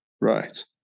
Right